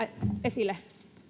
esille arvoisa